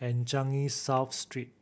and Changi South Street